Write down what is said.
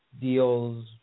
deals